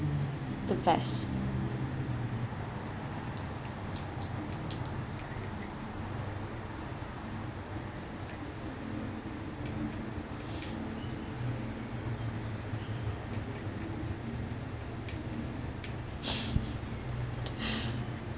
the best